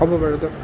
হ'ব বাৰু দিয়ক